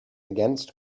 against